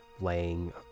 laying